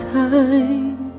time